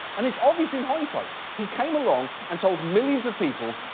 and it's obvious in hindsight. he came along and told millions of people,